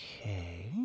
okay